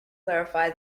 clarify